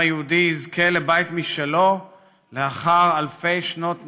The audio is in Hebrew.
העם היהודי יזכה לבית משלו לאחר אלפי שנות נדודים,